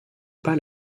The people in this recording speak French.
pas